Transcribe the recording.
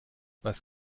was